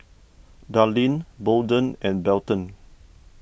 Darline Bolden and Belton